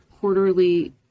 quarterly